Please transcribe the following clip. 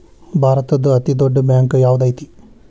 ಭಾರತದ್ದು ಅತೇ ದೊಡ್ಡ್ ಬ್ಯಾಂಕ್ ಯಾವ್ದದೈತಿ?